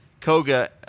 Koga